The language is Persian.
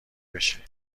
بشه